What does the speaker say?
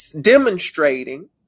demonstrating